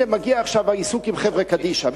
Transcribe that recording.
הנה מגיע עכשיו העיסוק עם חברה קדישא,